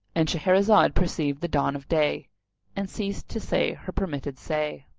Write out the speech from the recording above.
and shahrazad perceived the dawn of day and ceased to say her permitted say.